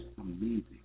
amazing